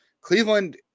Cleveland